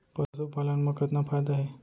पशुपालन मा कतना फायदा हे?